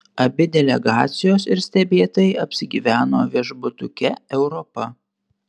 abi delegacijos ir stebėtojai apsigyveno viešbutuke europa